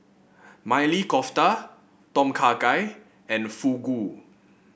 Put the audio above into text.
Maili Kofta Tom Kha Gai and Fugu